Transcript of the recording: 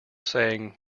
saying